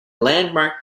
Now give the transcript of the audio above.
landmark